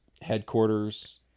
headquarters